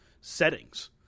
settings